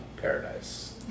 paradise